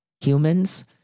humans